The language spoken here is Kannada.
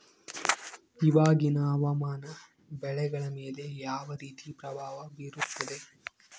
ಇವಾಗಿನ ಹವಾಮಾನ ಬೆಳೆಗಳ ಮೇಲೆ ಯಾವ ರೇತಿ ಪ್ರಭಾವ ಬೇರುತ್ತದೆ?